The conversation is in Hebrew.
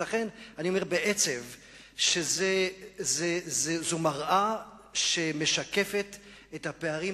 לכן אני אומר בעצב שזו מראה שמשקפת את הפערים